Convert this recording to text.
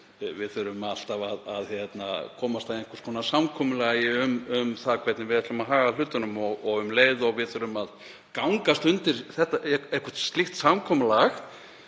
Við þurfum alltaf að komast að einhvers konar samkomulagi um það hvernig við ætlum að haga hlutunum og um leið og við þurfum að gangast undir eitthvert slíkt samkomulag